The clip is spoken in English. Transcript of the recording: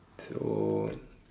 so